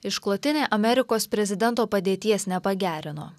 išklotinė amerikos prezidento padėties nepagerino